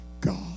God